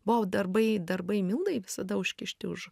buvo darbai darbai mildai visada užkišti už